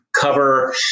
cover